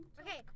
Okay